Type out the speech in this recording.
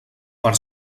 per